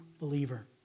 believer